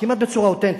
כמעט בצורה אותנטית,